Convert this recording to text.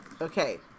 Okay